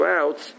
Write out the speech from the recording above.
out